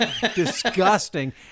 disgusting